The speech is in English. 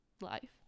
life